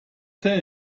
tell